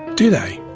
do they?